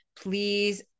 please